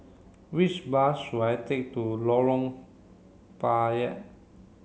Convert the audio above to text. which bus should I take to Lorong Payah